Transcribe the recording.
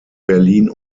berlin